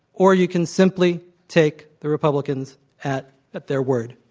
or you can simply take the republicans at at their word.